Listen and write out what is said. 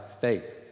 faith